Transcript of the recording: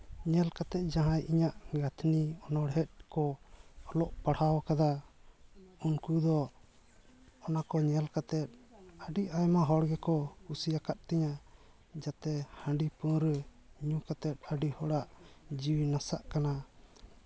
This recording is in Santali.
ᱧᱮᱞ ᱠᱟᱛᱮ ᱡᱟᱦᱟᱸᱭ ᱤᱧᱟᱹᱜ ᱜᱟᱹᱛᱷᱱᱤ ᱚᱱᱚᱬᱦᱮᱸᱜ ᱠᱚ ᱚᱞᱚᱜ ᱯᱟᱲᱦᱟᱣ ᱠᱟᱫᱟ ᱩᱱᱠᱩ ᱫᱚ ᱚᱱᱟ ᱠᱚ ᱧᱮᱞ ᱠᱟᱛᱮ ᱟᱹᱰᱤ ᱟᱭᱢᱟ ᱦᱚᱲᱠᱚ ᱠᱩᱥᱤ ᱟᱠᱟᱜ ᱛᱤᱧᱟᱹ ᱡᱟᱛᱮ ᱦᱟᱺᱰᱤ ᱯᱟᱹᱣᱨᱟᱹ ᱧᱩ ᱠᱟᱛᱮ ᱟᱹᱰᱤ ᱦᱚᱲᱟᱜ ᱡᱤᱣᱤ ᱱᱟᱥᱟᱜ ᱠᱟᱱᱟ